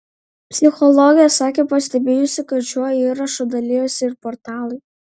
psichologė sakė pastebėjusi kad šiuo įrašu dalijosi ir portalai